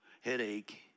headache